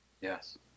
Yes